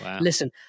Listen